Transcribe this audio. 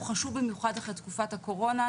הוא חשוב במיוחד אחרי תקופת הקורונה.